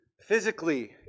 Physically